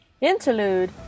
Interlude